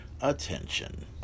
attention